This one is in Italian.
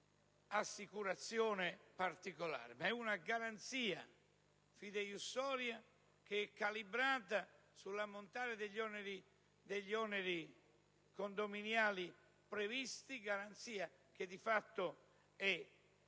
assicurazione particolare ma una garanzia fideiussoria calibrata sull'ammontare degli oneri condominiali previsti, garanzia che di fatto è